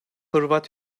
hırvat